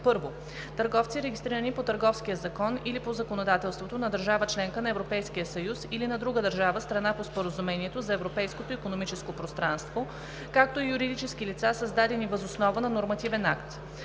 1. търговци, регистрирани по Търговския закон, или по законодателството на държава – членка на Европейския съюз, или на друга държава – страна по Споразумението за Европейското икономическо пространство, както и юридически лица, създадени въз основа на нормативен акт.